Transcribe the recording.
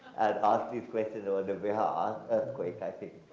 ask these questions it would be hard earthquake i think.